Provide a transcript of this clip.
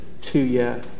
two-year